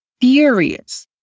furious